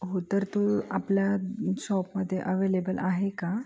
हो तर तो आपल्या शॉपमध्ये अवेलेबल आहे का